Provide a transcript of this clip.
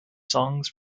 songs